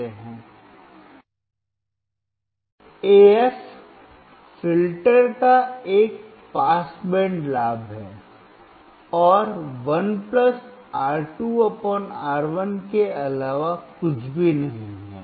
अब AF filter का एक पास बैंड लाभ है और 1 R2 R1 के अलावा कुछ भी नहीं है